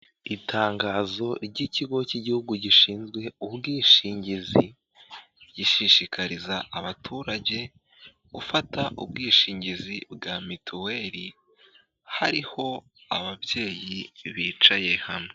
Itangazo ry'ikigo cy'igihugu gishinzwe ubwishingizi gishishikariza abaturage gufata ubwishingizi bwa mituweli hariho ababyeyi bicaye hamwe.